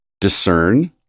discern